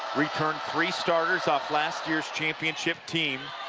returned three starters off last year's championship team.